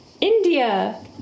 India